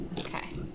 Okay